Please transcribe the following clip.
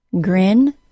Grin